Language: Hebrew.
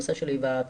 הנושא של ההיוועצות,